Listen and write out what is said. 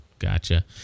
Gotcha